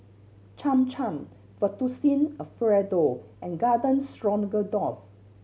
Cham Cham Fettuccine Alfredo and Garden Stroganoff